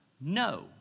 No